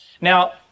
Now